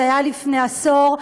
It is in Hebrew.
זה היה לפני עשור.